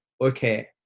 okay